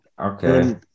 Okay